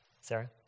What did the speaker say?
Sarah